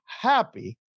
happy